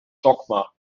dogma